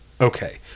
okay